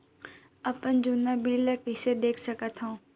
अपन जुन्ना बिल ला कइसे देख सकत हाव?